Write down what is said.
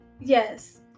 Yes